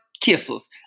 kisses